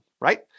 right